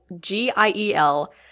G-I-E-L